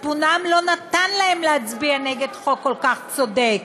מצפונם לא נתן להם להצביע נגד חוק כל כך צודק,